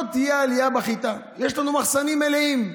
לא תהיה עלייה בחיטה, יש לנו מחסנים מלאים.